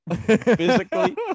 physically